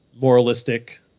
moralistic